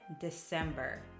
December